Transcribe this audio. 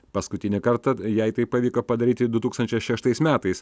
paskutinį kartą jai tai pavyko padaryti du tūkstančiai šeštais metais